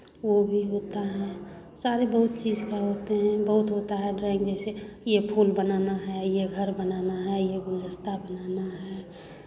वो भी होता है सारे बहुत चीज़ का होते हैं बहुत होता है ड्राइंग जैसे ये फूल बनाना है ये घर बनाना है ये गुलदस्ता बनाना है